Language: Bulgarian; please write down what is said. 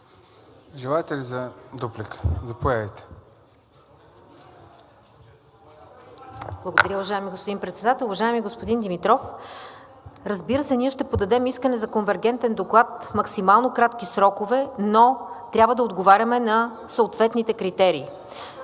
Желаете ли дуплика? Заповядайте.